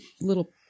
little